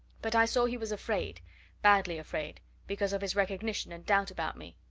but i saw he was afraid badly afraid because of his recognition and doubt about me.